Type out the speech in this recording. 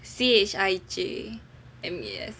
C H I J M E S